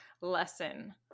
lesson